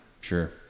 Sure